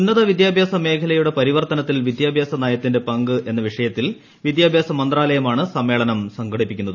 ഉന്നത വിദ്യാഭ്യാസമേഖലയുടെ പരിവർത്തനത്തിൽ വിദ്യാഭ്യാസ നയത്തിന്റെ പങ്ക് എന്ന വിഷയത്തിൽ വിദ്യാഭ്യാസ മന്ത്രാലയമാണ് സമ്മേളനം സംഘടിപ്പിക്കുന്നത്